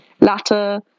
latter